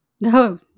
No